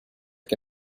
que